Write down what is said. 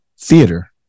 theater